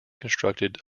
constructed